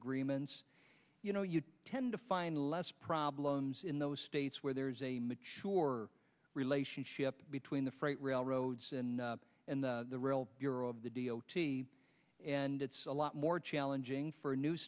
agreements you know you tend to find less problems in those states where there's a mature relationship between the freight railroads and the real hero of the d o t and it's a lot more challenging for a new